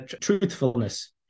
truthfulness